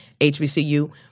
HBCU